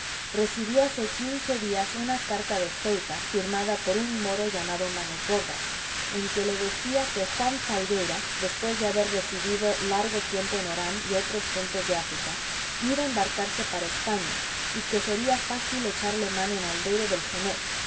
recibió hace quince días una carta de ceuta firmada por un moro llamado manos gordas en que le decía que juan falgueira después de haber residido largo tiempo en orán y otros puntos de áfrica iba a embarcarse para españa y que sería fácil echarle mano en aldeire del cenet